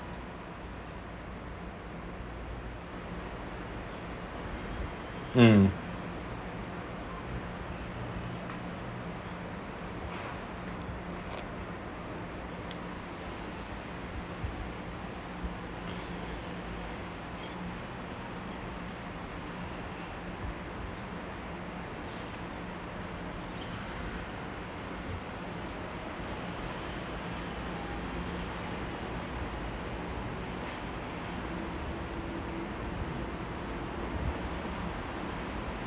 hmm